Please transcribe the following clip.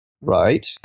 Right